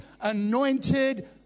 anointed